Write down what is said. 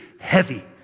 heavy